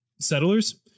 settlers